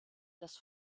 das